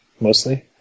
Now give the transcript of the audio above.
mostly